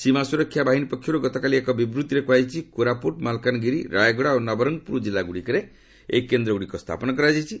ସୀମା ସୁରକ୍ଷା ବାହିନୀ ପକ୍ଷର୍ ଗତକାଲି ଏକ ବିବୃତ୍ତିରେ କୁହାଯାଇଛି କୋରାପୁଟ୍ ମାଲକାନଗିରି ରାୟଗଡ଼ା ଓ ନବରଙ୍ଗପୁର ଜିଲ୍ଲାଗୁଡ଼ିକରେ ଏଇ କେନ୍ଦ୍ରଗୁଡ଼ିକ ସ୍ଥାପନ କରାଯାଇଛି